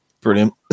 Brilliant